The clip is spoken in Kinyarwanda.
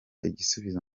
igisubizo